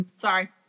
sorry